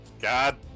God